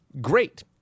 great